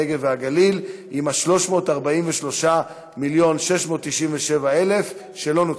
הנגב והגליל עם 343 מיליון ו-697,000 שקלים שלא נוצלו?